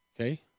Okay